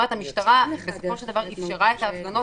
המשטרה בסופו של דבר אפשרה את ההפגנות,